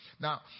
Now